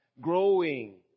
growing